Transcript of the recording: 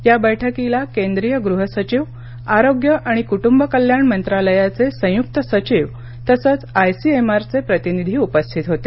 या बैठकीला केंद्रीय गृह सचिव आरोग्य आणि कुटुंब कल्याण मंत्रालयाचे संयुक्त सचिव तसंच आयसीएमआर चे प्रतिनिधी उपस्थित होते